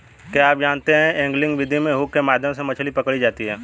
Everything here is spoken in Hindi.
क्या आप जानते है एंगलिंग विधि में हुक के माध्यम से मछली पकड़ी जाती है